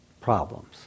problems